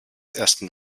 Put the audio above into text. ersten